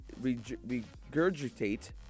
regurgitate